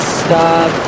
stop